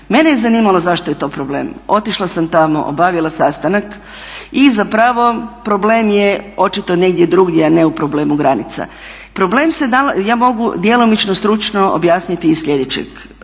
Mene je zanimalo zašto je to problem? Otišla sam tamo, obavila sastanak i zapravo problem je očito negdje drugdje, a ne u problemu granica. Problem se nalazi, ja mogu djelomično stručno objasniti, sa sljedećeg